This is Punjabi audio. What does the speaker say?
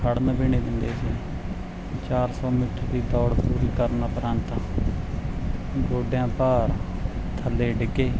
ਖੜ੍ਹਨ ਵੀ ਨਹੀਂ ਦਿੰਦੇ ਸੀ ਚਾਰ ਸੌ ਮੀਟਰ ਦੀ ਦੌੜ ਪੂਰੀ ਕਰਨ ਉਪਰੰਤ ਗੋਡਿਆਂ ਭਾਰ ਥੱਲੇ ਡਿੱਗੇ